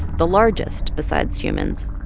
the largest besides humans.